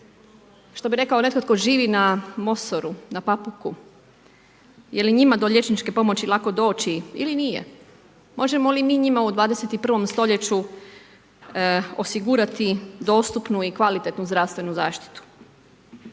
što bi rekao netko tko živi na Mosoru, na Papuku, je li njima do liječničke pomoći lako doći ili nije. Možemo li mi njima u 21. st. osigurati dostupnu i kvalitetnu zdravstvenu zaštitu.